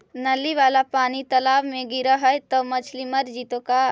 नली वाला पानी तालाव मे गिरे है त मछली मर जितै का?